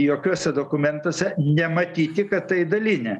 jokiuose dokumentuose nematyti kad tai dalinė